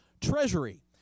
treasury